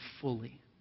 fully